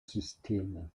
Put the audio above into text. systeme